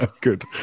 good